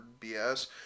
BS